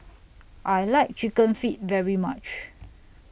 I like Chicken Feet very much